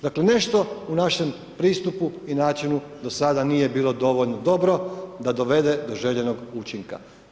Dakle, nešto u našem pristupu i načinu do sada nije bilo dovoljno dobro da dovede do željenog učinka.